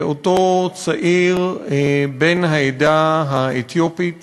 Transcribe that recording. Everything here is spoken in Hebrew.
אותו צעיר בן העדה האתיופית